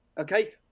okay